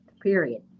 period